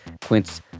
Quince